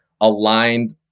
aligned